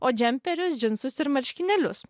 o džemperius džinsus ir marškinėlius